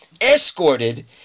escorted